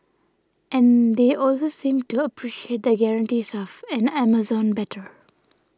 and they also seemed to appreciate the guarantees of an Amazon better